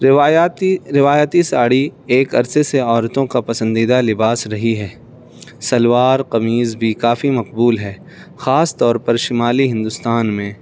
روایاتی روایتی ساڑی ایک عرصے سے عورتوں کا پسندیدہ لباس رہی ہے شلوار قمیض بھی کافی مقبول ہے خاص طور پر شمالی ہندوستان میں